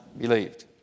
believed